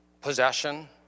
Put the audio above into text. possession